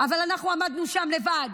אבל אנחנו עמדנו שם לבד.